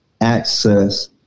access